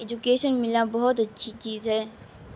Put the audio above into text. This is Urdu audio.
ایجوکیشن ملنا بہت اچھی چیز ہے